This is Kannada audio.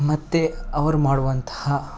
ಮತ್ತು ಅವ್ರು ಮಾಡುವಂತಹ